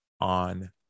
on